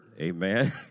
Amen